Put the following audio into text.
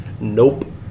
nope